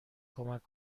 کمک